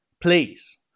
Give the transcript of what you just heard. please